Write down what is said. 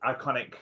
iconic